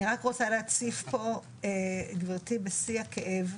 אני רק רוצה להציף פה, גברתי, בשיא הכאב,